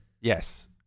Yes